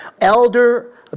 elder